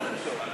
כן.